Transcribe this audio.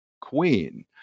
queen